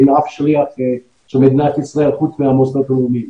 אין אף שליח של מדינת ישראל חוץ מהמוסדות היהודיים,